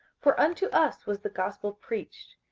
for unto us was the gospel preached,